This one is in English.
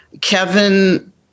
Kevin